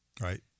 Right